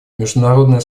международное